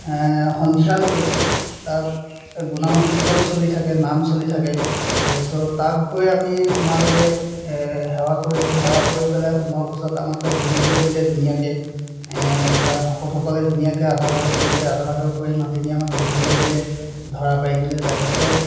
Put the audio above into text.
সন্ধিয়ালৈকে তাত গুণানুকীৰ্তন চলি থাকে নাম চলি থাকে তাৰপিছত তাত গৈ আমি সোমালোগৈ সেৱা কৰিলোঁ সেৱা কৰি পেলাই সোমোৱাৰ পাছত আমাক তাত বহিবলৈ দিলে ধুনীয়াকৈ তাত ভকতসকলে ধুনীয়াকৈ আদৰ সাদৰ কৰিছে আদৰ সাদৰ কৰি মাতিনি আমাক বহিবলৈ দিলে ঢৰা পাৰি দিলে তাৰপিছত